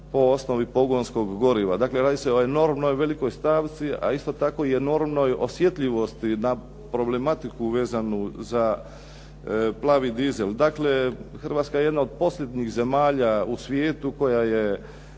po osnovi pogonskog goriva, znači radi se o enormno velikoj stavci, a isto tako enormnoj osjetljivosti na problematiku vezano za plavi dizel, dakle Hrvatska je jedna od posljednjih zemalja u svijetu koja je